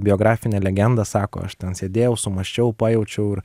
biografinę legendą sako aš ten sėdėjau sumąsčiau pajaučiau ir